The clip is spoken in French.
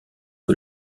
que